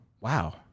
wow